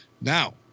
Now